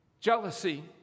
jealousy